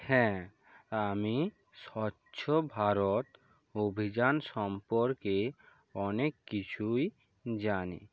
হ্যাঁ আমি স্বচ্ছ ভারত অভিযান সম্পর্কে অনেক কিছুই জানি